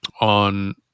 on